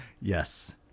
Yes